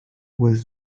was